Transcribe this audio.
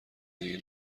دیگه